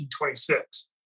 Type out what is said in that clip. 1926